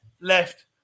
left